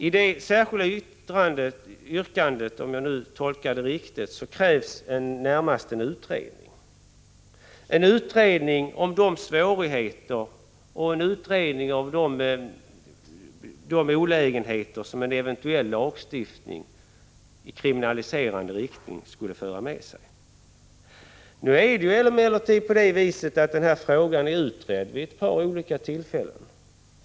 I detta särskilda yrkande, om jag tolkar det riktigt, krävs närmast en utredning om de svårigheter och olägenheter som en eventuell lagstiftning i kriminaliserande riktning skulle föra med sig. Denna fråga är emellertid redan utredd vid ett par olika tillfällen.